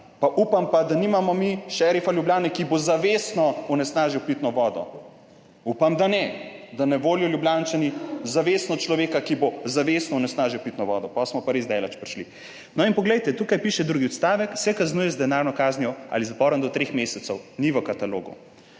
Upam pa, da nimamo mi šerifa Ljubljane, ki bo zavestno onesnažil pitno vodo. Upam, da ne, da ne volijo Ljubljančani zavestno človeka, ki bo zavestno onesnažil pitno vodo. Potem smo pa res daleč prišli. No in poglejte, tukaj piše drugi odstavek: »… se kaznuje z denarno kaznijo ali zaporom do treh mesecev.« Ni v katalogu